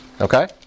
Okay